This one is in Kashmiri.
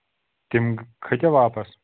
تِم کھٔتیٛا واپَس